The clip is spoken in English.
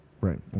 Right